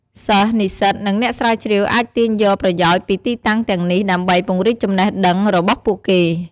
សិស្ស និស្សិត និងអ្នកស្រាវជ្រាវអាចទាញយកប្រយោជន៍ពីទីតាំងទាំងនេះដើម្បីពង្រីកចំណេះដឹងរបស់ពួកគេ។